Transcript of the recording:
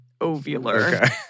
Ovular